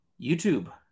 YouTube